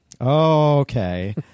Okay